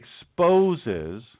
exposes